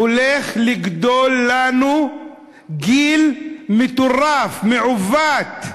הולך לגדול לנו דור מטורף, מעוות,